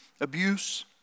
Abuse